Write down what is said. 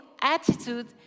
attitude